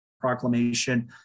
proclamation